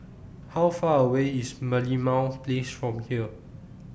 How Far away IS Merlimau Place from here